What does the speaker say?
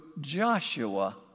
Joshua